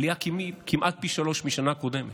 עלייה כמעט פי שלושה מהשנה הקודמת.